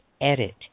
edit